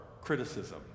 criticism